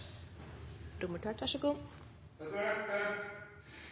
rimelig greit. Så gjelder det da at vi får vedtatt det nye parkeringsregelverket. Jeg håper at Stortinget er velvillig med hensyn til det som blir framlagt. Det blir replikkordskifte.